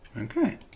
Okay